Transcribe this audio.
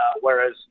whereas